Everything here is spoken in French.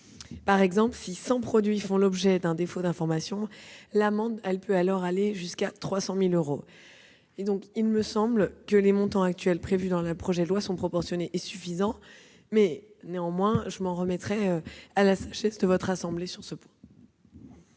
Par exemple, si 100 produits font l'objet d'un défaut d'information, l'amende peut aller jusqu'à 300 000 euros. Il me semble que les montants actuellement prévus dans le projet de loi sont proportionnés et suffisants, mais je m'en remettrai sur ce point à la sagesse de la Haute Assemblée. Je mets